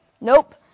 Nope